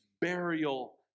burial